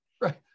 right